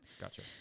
gotcha